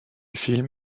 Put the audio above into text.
films